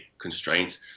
constraints